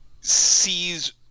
sees